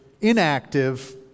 inactive